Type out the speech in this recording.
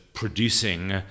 Producing